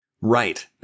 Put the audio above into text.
Right